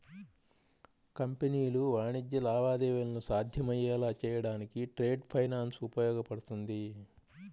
కంపెనీలు వాణిజ్య లావాదేవీలను సాధ్యమయ్యేలా చేయడానికి ట్రేడ్ ఫైనాన్స్ ఉపయోగపడుతుంది